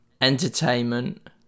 entertainment